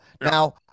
Now